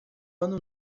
ano